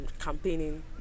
campaigning